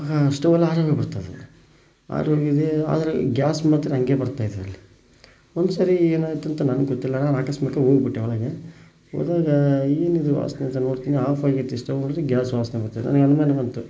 ಸ್ಟೌವೆಲ್ಲ ಹಂಗಂಗೆ ಬಿಡ್ತಾರೆ ರೀ ಆದರೆ ಇದು ಆದರೆ ಗ್ಯಾಸ್ ಮಾತ್ರ ಹಂಗೆ ಬರ್ತಾ ಇದರಲ್ಲಿ ಒಂದ್ಸರಿ ಏನಾಯಿತು ಅಂತ ನನ್ಗೆ ಗೊತ್ತಿಲ್ಲ ನಾನು ಆಕಸ್ಮಿಕ ಹೋಗ್ಬಿಟ್ಟೆ ಮನೆಗೆ ಹೋದಾಗ ಏನಿದು ವಾಸನೆ ಅಂತ ನೋಡ್ತೀನಿ ಆಫಾಗಿತ್ತು ಸ್ಟೌವ್ ಗ್ಯಾಸ್ ವಾಸನೆ ಬರ್ತಾಯಿದೆ ನನ್ಗೆ ಅನುಮಾನ ಬಂತು